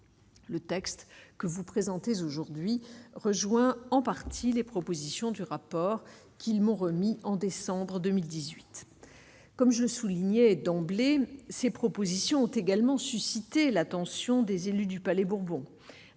Le texte que vous présentez aujourd'hui rejoint en partie les propositions du rapport qu'ils m'ont remis en décembre 2018 comme je veux souligner d'emblée ces propositions ont également suscité l'attention des élus du Palais-Bourbon,